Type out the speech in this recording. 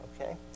Okay